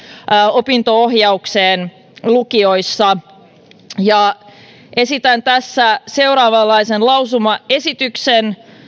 opinto ohjaukseen lukioissa esitän tässä seuraavanlaisen lausumaesityksen